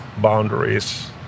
boundaries